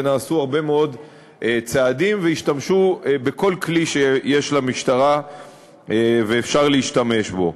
ונעשו הרבה מאוד צעדים והשתמשו בכל כלי שיש למשטרה ואפשר להשתמש בו.